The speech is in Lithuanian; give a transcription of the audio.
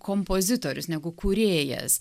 kompozitorius negu kūrėjas